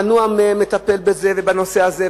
מנוע מהם לטפל בזה ובנושא הזה,